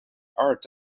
art